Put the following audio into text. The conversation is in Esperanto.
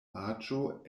aĝo